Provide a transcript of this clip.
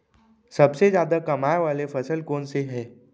सबसे जादा कमाए वाले फसल कोन से हे?